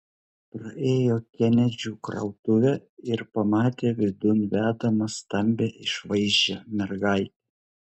praėjo kenedžių krautuvę ir pamatė vidun vedamą stambią išvaizdžią mergaitę